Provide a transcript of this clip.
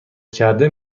کرده